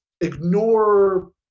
ignore